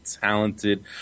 talented